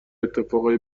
اتفاقای